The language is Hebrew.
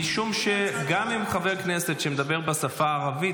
משום שגם מחבר כנסת שמדבר בשפה הערבית